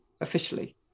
Officially